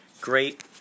Great